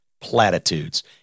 platitudes